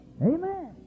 Amen